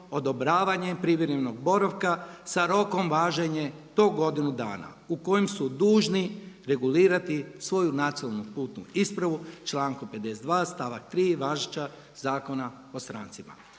odobravanje privremenog boravka sa rokom važenja do godinu dana u kojem su dužni regulirati svoju nacionalnu putu ispravu člankom 52. stavak 3. važećeg Zakona o strancima.